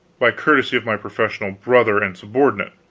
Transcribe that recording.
by courtesy of my professional brother and subordinate.